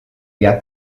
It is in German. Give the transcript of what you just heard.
jahr